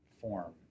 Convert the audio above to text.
form